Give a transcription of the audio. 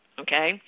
okay